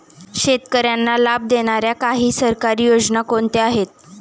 शेतकऱ्यांना लाभ देणाऱ्या काही सरकारी योजना कोणत्या आहेत?